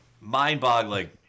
mind-boggling